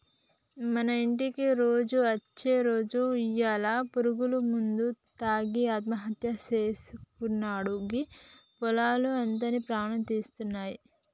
మన ఇంటికి రోజు అచ్చే రాజు ఇయ్యాల పురుగుల మందు తాగి ఆత్మహత్య సేసుకున్నాడు గీ పొలాలు అతని ప్రాణం తీసినాయి